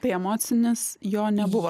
tai emocinis jo nebuvo